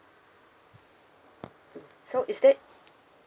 so is there